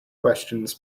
questions